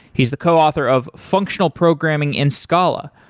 he's the coauthor of functional programming in scala,